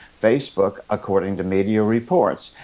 facebook, according to media reports,